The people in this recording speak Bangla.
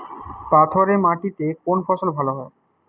পাথরে মাটিতে কোন ফসল ভালো হয়?